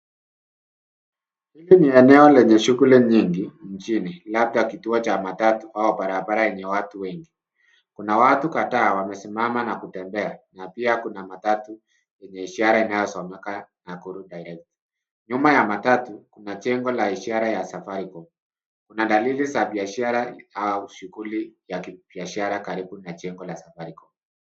Hili ni eneo lenye shughuli nyingi nchini labda kituo cha matatu au barabara yenye watu wengi. Kuna watu kadhaa wamesimama na kutembea na pia kuna matatu yenye ishara inayo someka Nakuru Direct . Nyuma ya matatu kuna jengo la ishara ya Safaricom. Kuna dalili ya biashara au shughuli ya kibiashara karibu na jengo la Safaricom.